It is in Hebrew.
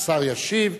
השר ישיב.